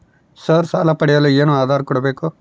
Sir ಸಾಲ ಪಡೆಯಲು ಏನು ಆಧಾರ ಕೋಡಬೇಕು?